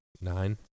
nine